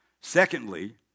Secondly